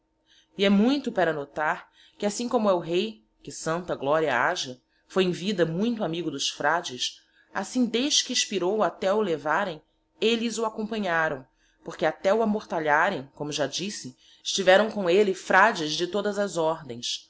e he muito pera notar que assim como el rei que santa gloria aja foi em vida muito amigo dos frades assim des que espirou até o levarem elles o acompanháraõ porque até o amortalharem como já dixe estiveraõ com elle frades de todallas ordens